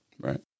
Right